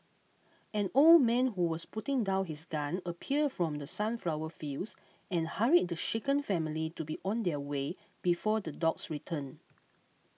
an old man who was putting down his gun appeared from the sunflower fields and hurried the shaken family to be on their way before the dogs return